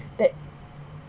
that